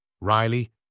Riley